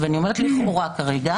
ואני אומרת לכאורה כרגע